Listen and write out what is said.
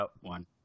one